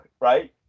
right